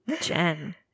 Jen